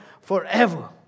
forever